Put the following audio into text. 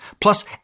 plus